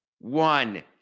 one